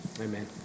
Amen